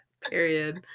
Period